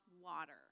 water